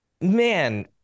man